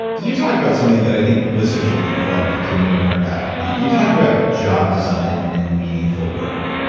you talk about something that i think listeners would love to know more about. you talk about job design and meaningful work.